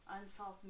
Unsolved